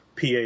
PA